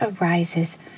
arises